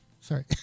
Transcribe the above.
Sorry